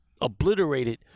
obliterated